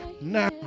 Now